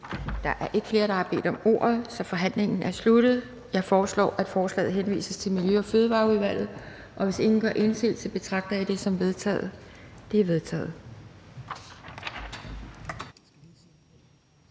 Der er ikke flere, der har bedt om ordet, så forhandlingen er sluttet. Jeg foreslår, at forslaget til folketingsbeslutning henvises til Miljø- og Fødevareudvalget. Og hvis ingen gør indsigelse, betragter jeg det som vedtaget. Det er vedtaget.